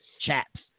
Chaps